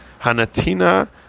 hanatina